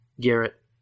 Garrett